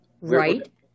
Right